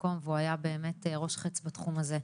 מקום והוא היה באמת ראש חץ בתחום הזה.